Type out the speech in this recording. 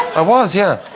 i was yeah